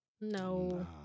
No